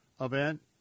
event